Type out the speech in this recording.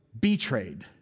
betrayed